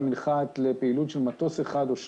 מנחת לפעילות של מטוס אחד או שניים,